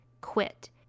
quit